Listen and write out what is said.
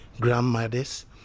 grandmothers